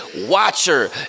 watcher